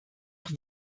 auch